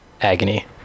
agony